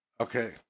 Okay